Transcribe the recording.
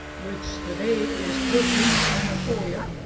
which today is turkey anatolia.